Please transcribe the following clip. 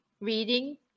reading